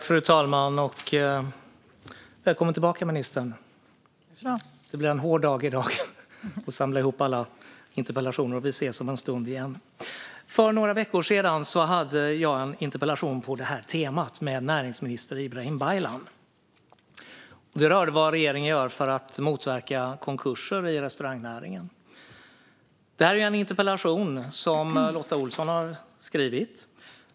Fru talman! Välkommen tillbaka, ministern! Det blir en hård dag i dag när man samlar ihop alla interpellationer. Vi ses om en stund igen. För några veckor sedan debatterade jag en interpellation på det här temat med näringsminister Ibrahim Baylan. Den handlade om vad regeringen gör för att motverka konkurser i restaurangnäringen. Detta är en interpellation som Lotta Olsson har skrivit.